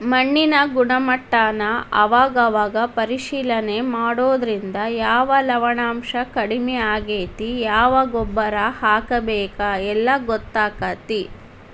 ಮಣ್ಣಿನ ಗುಣಮಟ್ಟಾನ ಅವಾಗ ಅವಾಗ ಪರೇಶಿಲನೆ ಮಾಡುದ್ರಿಂದ ಯಾವ ಲವಣಾಂಶಾ ಕಡಮಿ ಆಗೆತಿ ಯಾವ ಗೊಬ್ಬರಾ ಹಾಕಬೇಕ ಎಲ್ಲಾ ಗೊತ್ತಕ್ಕತಿ